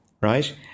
right